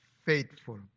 faithful